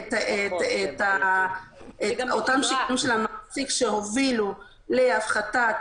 את השיקולים של המעסיק שהובילו להפחתה